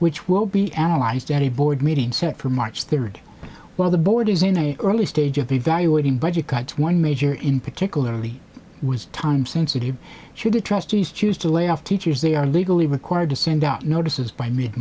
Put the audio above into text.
which will be analyzed at a board meeting set for march third while the board is in the early stage of evaluating budget cuts one major in particularly was time sensitive to trustees choose to lay off teachers they are legally required to send out notices by mid